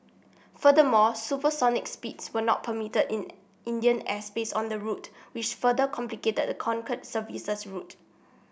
furthermore supersonic speeds were not permitted in Indian airspace on the route which further complicated the Concorde service's route